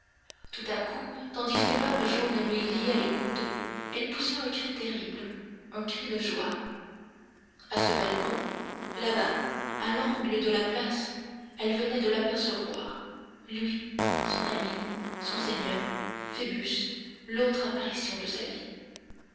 tout à coup tandis que l'homme jaune lui liait les coudes elle poussa un cri terrible un cri de joie à ce balcon là-bas à l'angle de la place elle venait de l'apercevoir lui son ami son seigneur phoebus l'autre apparition de sa vie